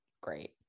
great